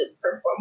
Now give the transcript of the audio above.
perform